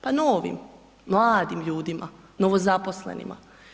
Pa novim mladim ljudima, novozaposlenima.